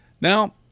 Now